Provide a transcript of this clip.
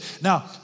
Now